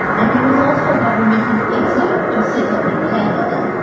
and there was also a government in exile which was set up in calcutta.